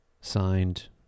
Signed